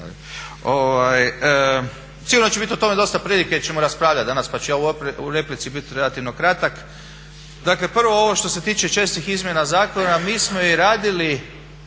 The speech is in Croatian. Sigurno će biti o tome dosta prilike raspravljati danas pa ću ja u replici biti relativno kratak. Dakle, prvo ovo što se tiče čestih izmjena zakona mi smo i radili